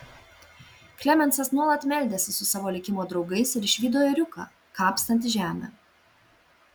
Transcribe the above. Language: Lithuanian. klemensas nuolat meldėsi su savo likimo draugais ir išvydo ėriuką kapstantį žemę